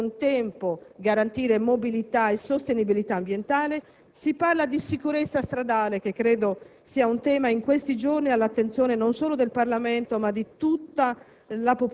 e al contempo garantire mobilità e sostenibilità ambientale; si parla di sicurezza stradale, che credo sia un tema in questi giorni all'attenzione non solo del Parlamento, ma di tutta